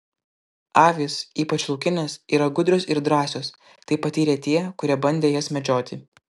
avys ypač laukinės yra gudrios ir drąsios tai patyrė tie kurie bandė jas medžioti